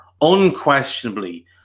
unquestionably